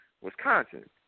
Wisconsin